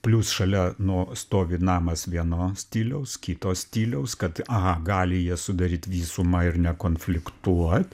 plius šalia nuo stovi namas vieno stiliaus kito stiliaus kad aha gali jie sudaryt visumą ir nekonfliktuot